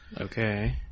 Okay